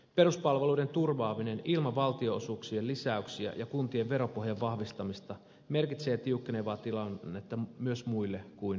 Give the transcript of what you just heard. peruspalveluiden turvaaminen ilman valtionosuuksien lisäyksiä ja kuntien veropohjan vahvistamista merkitsee tiukkenevaa tilannetta myös muille kuin nuorille